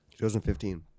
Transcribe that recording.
2015